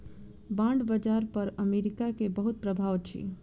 bond बाजार पर America के बहुत प्रभाव अछि